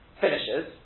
finishes